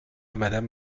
madame